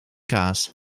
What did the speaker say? kaas